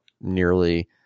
nearly